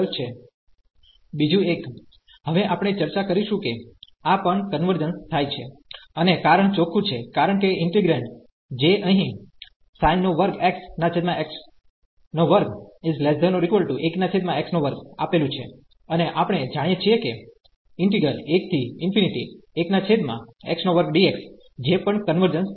બીજું એક હવે આપણે ચર્ચા કરીશું કે આ પણ કન્વર્જન્સ થાય છે અને કારણ ચોખ્ખું છેકારણ કે ઈન્ટિગ્રેન્ડ જે અહીં આપેલું છે અને આપણે જાણીએ છીએ કે જે પણ કન્વર્જન્સ છે